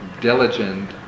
diligent